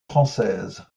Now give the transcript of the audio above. française